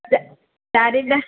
ଚାରିଟା